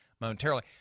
momentarily